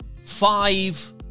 five